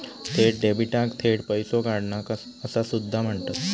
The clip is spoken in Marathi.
थेट डेबिटाक थेट पैसो काढणा असा सुद्धा म्हणतत